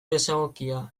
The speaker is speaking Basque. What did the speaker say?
desegokia